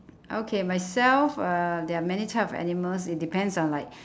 okay myself uh there are many type of animals it depends on like